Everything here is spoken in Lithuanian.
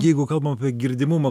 jeigu kalbam apie girdimumą